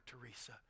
Teresa